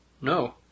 No